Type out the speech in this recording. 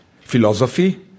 philosophy